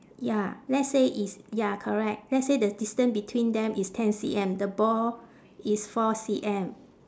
ya let's say it's ya correct let's say the distance between them is ten C_M the ball is four C_M